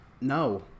no